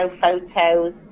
photos